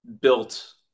built